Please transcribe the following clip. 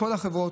בכל החברות,